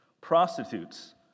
prostitutes